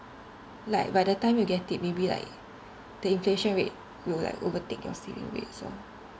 like by the time you get it maybe like the inflation rate will like overtake your saving rates lor